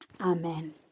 Amen